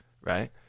right